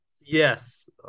Yes